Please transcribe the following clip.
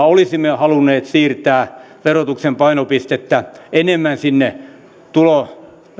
olisimme halunneet siirtää verotuksen painopistettä enemmän sinne tulojen